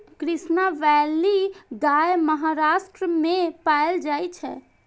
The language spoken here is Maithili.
कृष्णा वैली गाय महाराष्ट्र मे पाएल जाइ छै